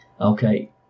Okay